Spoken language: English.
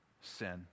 sin